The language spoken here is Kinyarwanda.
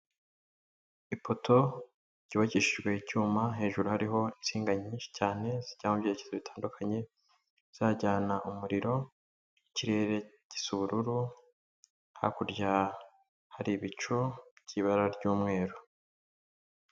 Ipoto ryubakishijwe icyuma, hejuru hariho insinga nyinshi cyane zijya mu byereke zitandukanye zahajyana umuriro, ikirere gisa ubururu, hakurya hari ibicu by'ibara ry'umweru.